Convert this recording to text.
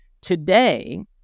today